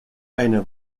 eine